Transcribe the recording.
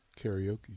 Karaoke